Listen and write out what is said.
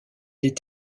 est